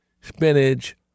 spinach